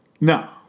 No